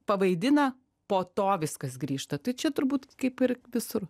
pavaidina po to viskas grįžta tai čia turbūt kaip ir visur